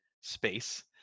space